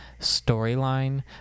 storyline